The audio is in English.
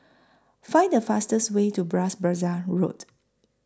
Find The fastest Way to Bras Basah Road